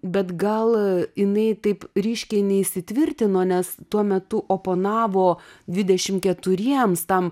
bet gal jinai taip ryškiai neįsitvirtino nes tuo metu oponavo dvidešim keturiems tam